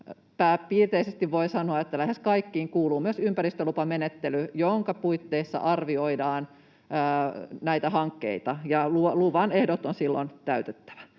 pääpiirteisesti voi sanoa, että lähes kaikkiin — kuuluu myös ympäristölupamenettely, jonka puitteissa arvioidaan näitä hankkeita, ja luvan ehdot on silloin täytettävä.